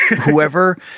whoever